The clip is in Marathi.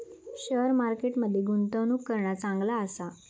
शेअर मार्केट मध्ये गुंतवणूक करणा चांगला आसा